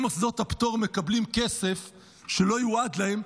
אם מוסדות הפטור מקבלים כסף שלא יועד להם,